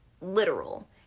literal